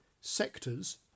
sectors